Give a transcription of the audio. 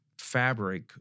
fabric